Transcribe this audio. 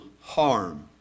harm